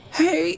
Hey